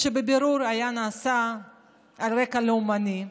שבבירור נעשה על רקע לאומני.